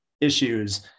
issues